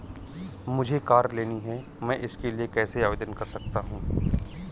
मुझे कार लेनी है मैं इसके लिए कैसे आवेदन कर सकता हूँ?